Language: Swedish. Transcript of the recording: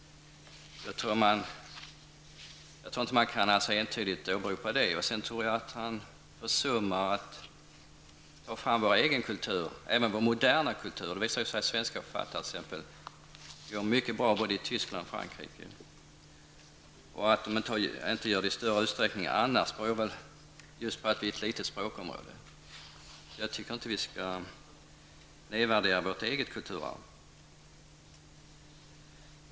Jag tycker också att Göran Åstrand försummar att ta fram vår egen kultur -- även vår moderna kultur. Det visar sig t.ex. att svenska författare går mycket bra i både Tyskland och Frankrike. Att de inte gör det i större utsträckning annorstädes beror väl på att vi utgör ett litet språkområde. Jag tycker inte att vi skall nedvärdera vårt eget kulturarv.